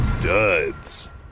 duds